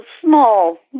small